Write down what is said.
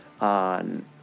on